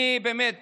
כאחד